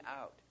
out